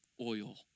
Oil